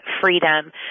freedom